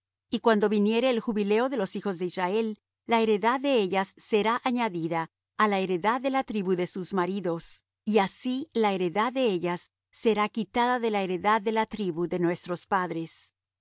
y cuando viniere el jubileo de los hijos de israel la heredad de ellas será añadida á la heredad de la tribu de sus maridos y así la heredad de ellas será quitada de la heredad de la tribu de nuestros padres